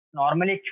normally